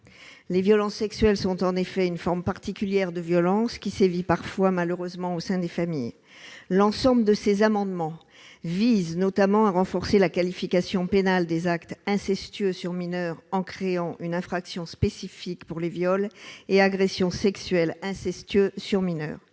Les violences sexuelles sont en effet une forme particulière de violence qui sévit parfois malheureusement au sein des familles. L'ensemble de ces amendements vise notamment à renforcer la qualification pénale des actes incestueux sur mineurs en créant une infraction spécifique pour les viols et agressions sexuelles incestueux sur mineurs.